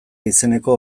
izeneko